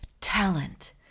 Talent